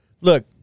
Look